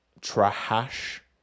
trash